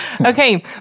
Okay